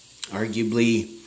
arguably